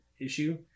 issue